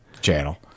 channel